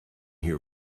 here